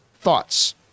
thoughts